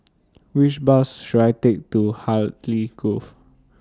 Which Bus should I Take to Hartley Grove